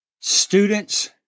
students